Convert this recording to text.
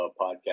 podcast